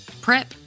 Prep